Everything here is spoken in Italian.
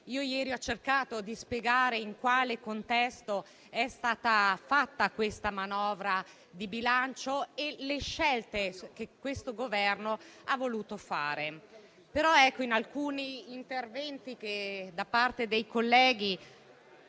che ieri ho cercato di spiegare in quale contesto è stata fatta questa manovra di bilancio e le scelte che il Governo ha voluto fare. Ma da alcuni interventi da parte dei colleghi